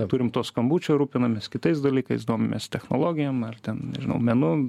neturim to skambučio rūpinamės kitais dalykais domimės technologijom ar ten nežinau menu